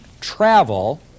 travel